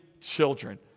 children